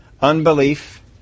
unbelief